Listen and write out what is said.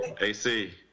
AC